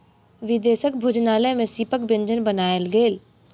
विदेशक भोजनालय में सीपक व्यंजन बनायल गेल